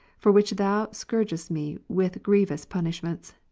for which thou scoui'gedst me with grievous punish ments,